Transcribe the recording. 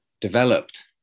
developed